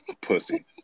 pussy